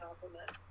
compliment